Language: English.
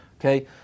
Okay